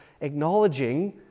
acknowledging